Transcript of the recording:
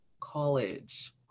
College